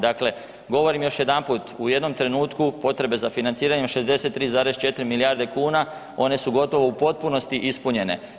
Dakle, govorim još jedanput u jednom trenutku potrebe za financiranjem 63,4 milijarde kuna one su gotovo u potpunosti ispunjene.